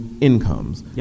incomes